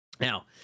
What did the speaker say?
Now